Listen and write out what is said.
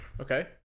Okay